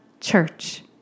church